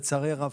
לצערי הרב,